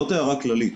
זו הערה כללית.